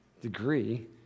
degree